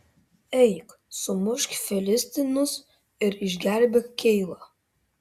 eik sumušk filistinus ir išgelbėk keilą